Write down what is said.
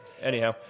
Anyhow